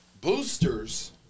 boosters